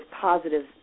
positive